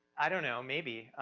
i don't know, maybe,